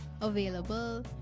available